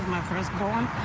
first born